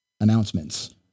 announcements